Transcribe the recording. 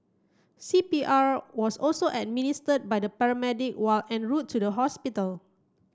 C P R was also administered by the paramedic while en route to the hospital